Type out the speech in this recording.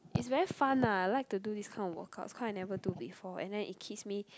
is very fun ah I like to do this kind of workouts cause I never do before and then it keeps me